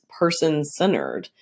person-centered